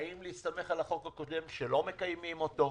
האם להסתמך על החוק הקודם שלא מקיימים אותו,